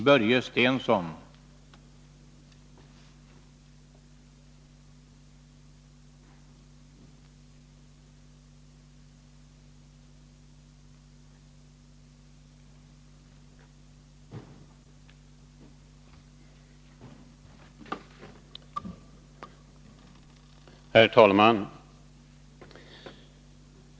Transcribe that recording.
Herr talman!